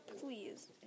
please